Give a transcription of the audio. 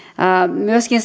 myöskin